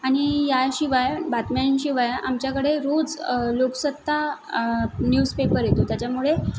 आणि याशिवाय बातम्यांशिवाय आमच्याकडे रोज लोकसत्ता न्यूजपेपर येतो त्याच्यामुळे